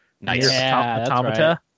Nice